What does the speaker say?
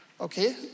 Okay